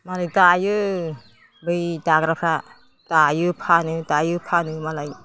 मालाय दायो बै दाग्राफ्रा दायो फानो दायो फानो मालाय